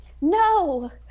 No